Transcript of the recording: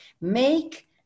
Make